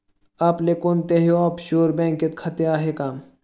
आपले कोणत्याही ऑफशोअर बँकेत खाते आहे का?